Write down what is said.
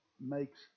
makes